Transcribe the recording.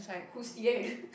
who's the end